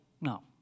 no